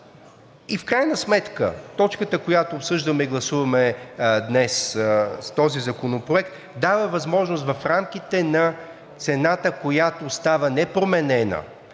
В крайна сметка точката, която обсъждаме и гласуваме днес с този законопроект, дава възможност в рамките на цената, която остава непроменена,